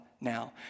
now